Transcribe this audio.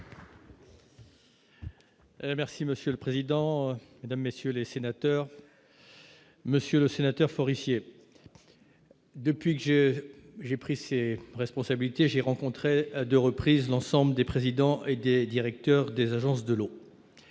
Merci monsieur le président, Mesdames, messieurs les sénateurs, Monsieur le Sénateur Forissier, depuis que j'ai j'ai pressé, responsabilité, j'ai rencontré à 2 reprises l'ensemble des présidents et des directeurs des agences de l'eau,